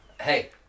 hey